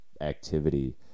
activity